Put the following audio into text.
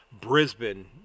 Brisbane